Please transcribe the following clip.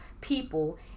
people